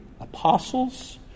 apostles